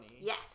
Yes